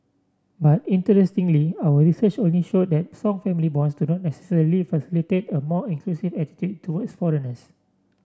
but interestingly our research only show that strong family bonds do not necessarily facilitate a more inclusive attitude towards foreigners